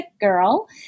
girl